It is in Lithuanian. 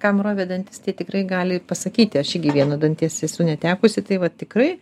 kam rovė dantis tai tikrai gali pasakyti aš irgi vieno danties esu netekusi tai vat tikrai